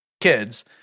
kids